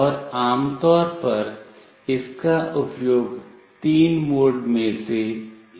और आमतौर पर इसका उपयोग तीन मोड में से एक में किया जाता है